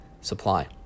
supply